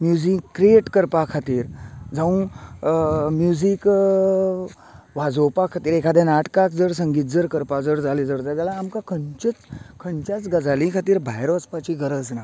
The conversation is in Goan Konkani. म्यूझीक क्रियेट करपा खातीर जावूं म्यूझीक वाजोवपा खातीर एखाद्या नाटकाक जर संगीत जर करपा जर जाले जर जाल्यार आमकां खंयचेच खंयच्याच गजालीं खातीर भायर वचपाची गरज ना